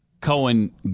Cohen